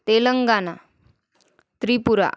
Telangana Tripura